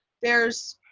there's